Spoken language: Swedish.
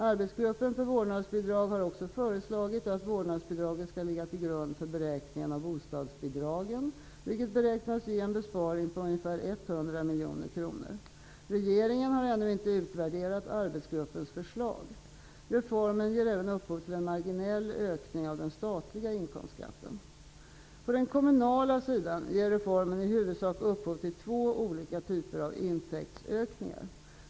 Arbetsgruppen för vårdnadsbidrag har också föreslagit att vårdnadsbidraget skall ligga till grund för beräkningen av bostadsbidragen, vilket beräknas ge en besparing på ungefär 100 miljoner kronor. Regeringen har ännu inte utvärderat arbetsgruppens förslag. Reformen ger även upphov till en marginell ökning av den statliga inkomstskatten. På den kommunala sidan ger reformen i huvudsak upphov till två olika typer av intäktsökningar.